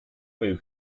muur